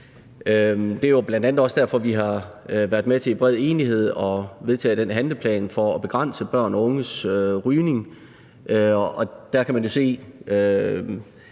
Det er jo bl.a. også derfor, vi har været med til i bred enighed at vedtage den handleplan om at begrænse børns og unges rygning. Og der kan man jo se